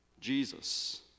Jesus